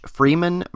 Freeman